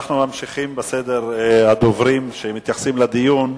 אנחנו ממשיכים בסדר הדוברים בדיון.